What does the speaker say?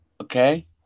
okay